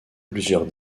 plusieurs